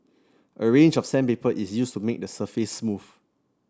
a range of sandpaper is used to make the surface smooth